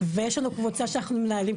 ויש לנו קבוצה שאנחנו מנהלים,